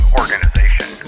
organization